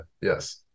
Yes